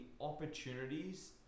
opportunities